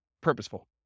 purposeful